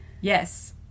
yes